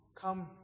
come